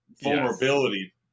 Vulnerability